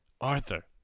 Arthur